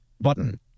button